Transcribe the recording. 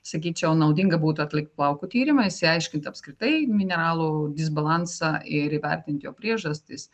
sakyčiau naudinga būtų atlikti plaukų tyrimą išsiaiškint apskritai mineralų disbalansą ir įvertint jo priežastis